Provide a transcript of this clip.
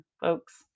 folks